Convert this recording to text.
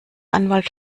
anwalt